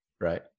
right